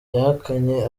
yahakanye